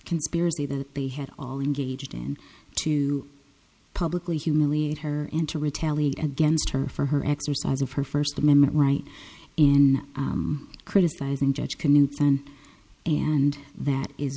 conspiracy that they had all engaged in to publicly humiliate her and to retaliate against her for her exercise of her first amendment right in criticizing judge can you stand and that is